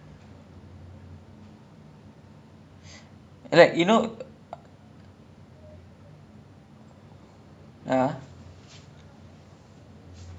eh singapore's security is really good like it might seem like they are like laid back and that kind of stuff to some people but since I have been in army I know how serious the security is